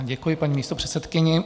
Děkuji paní místopředsedkyni.